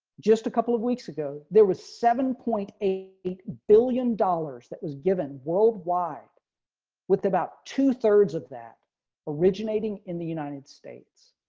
just a couple of weeks ago, there was seven point eight billion dollars that was given worldwide with about two thirds of that originating in the united states.